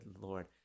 lord